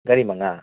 ꯒꯥꯔꯤ ꯃꯉꯥ